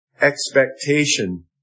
expectation